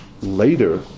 later